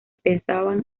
pensaban